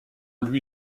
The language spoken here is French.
lui